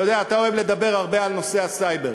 אתה יודע, אתה אוהב לדבר הרבה על נושא הסייבר.